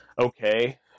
okay